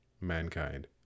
mankind